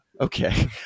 Okay